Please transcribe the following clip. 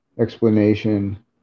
explanation